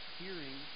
hearing